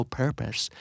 purpose